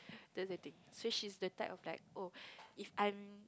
that's the thing so she's the type of like oh if I'm